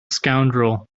scoundrel